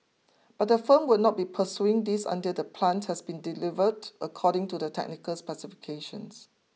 but the firm will not be pursuing this until the plant has been delivered according to the technical specifications